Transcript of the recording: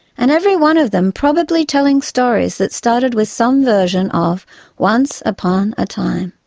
and every one of them probably telling stories that started with some version of once upon a time.